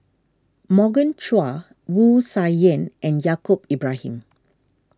Morgan Chua Wu Tsai Yen and Yaacob Ibrahim